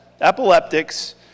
epileptics